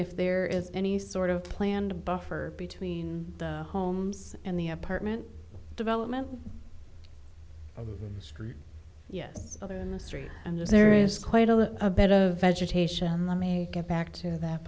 if there is any sort of planned buffer between the homes and the apartment development or screwed yes other in the street and if there is quite a bit of vegetation let me get back to that